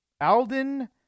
Alden